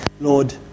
Lord